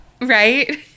Right